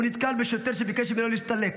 הוא נתקל בשוטר וזה ביקש ממנו להסתלק.